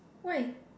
why